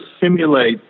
simulate